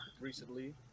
recently